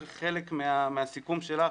חלק מהסיכום שלך,